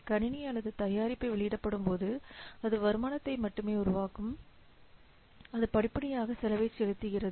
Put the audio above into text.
கணினி அல்லது தயாரிப்பு வெளியிடப்படும் போது அது வருமானத்தை மட்டுமே உருவாக்கும் அது படிப்படியாக செலவைச் செலுத்துகிறது